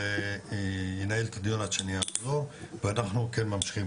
וינהל את הדיון עד שאני אחזור ואנחנו ממשיכים.